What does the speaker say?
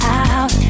out